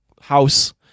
house